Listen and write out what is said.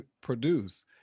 produce